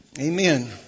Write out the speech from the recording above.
Amen